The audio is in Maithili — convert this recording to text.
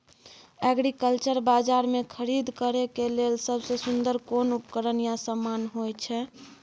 एग्रीकल्चर बाजार में खरीद करे के लेल सबसे सुन्दर कोन उपकरण या समान होय छै?